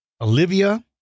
Olivia